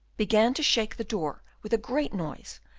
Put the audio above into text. began to shake the door with a great noise,